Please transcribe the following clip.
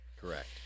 Correct